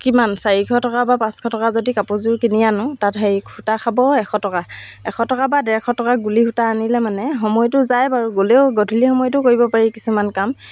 কিমান চাৰিশ টকা বা পাঁচশ টকা যদি কাপোৰযোৰ কিনি আনো তাত হেৰি সূতা খাব এশ টকা এশ টকা বা ডেৰশ টকা গুলি সূতা আনিলে মানে সময়টো যায় বাৰু গ'লেও গধূলি সময়তো কৰিব পাৰি কিছুমান কাম